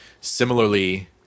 similarly